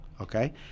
okay